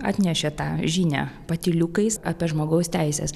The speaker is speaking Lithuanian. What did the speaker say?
atnešė tą žinią patyliukais apie žmogaus teises